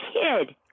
kid